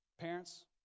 Parents